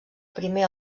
primer